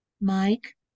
Mike